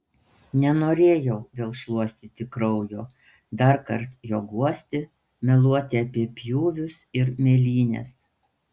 nenorėjau vėl šluostyti kraujo darkart jo guosti meluoti apie pjūvius ir mėlynes